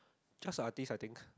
just a artist I think